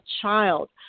child